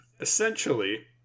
Essentially